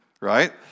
right